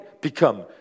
become